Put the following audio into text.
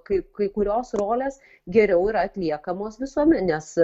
kaip kai kurios rolės geriau yra atliekamos visuomenės